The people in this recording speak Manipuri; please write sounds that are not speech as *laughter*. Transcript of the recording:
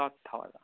*unintelligible*